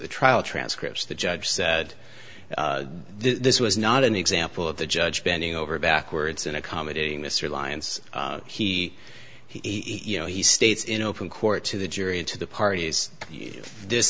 the trial transcripts the judge said this was not an example of the judge bending over backwards and accommodating this reliance he he you know he states in open court to the jury and to the parties